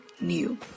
new